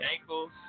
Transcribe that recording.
ankles